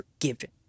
forgiven